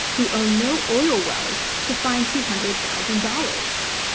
who own no oil wells, to find two hundred thousand dollars?